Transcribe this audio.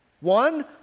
One